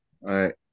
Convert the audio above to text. right